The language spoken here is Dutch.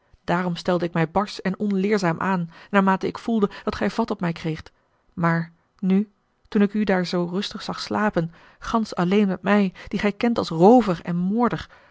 daarom stelde ik mij barsch en onleerzaam aan naarmate ik voelde dat gij vat op mij kreegt maar nu toen ik u daar zoo rustig zag slapen gansch alleen met mij dien gij kent als roover en